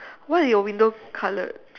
what are your window colour